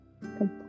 complete